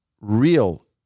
real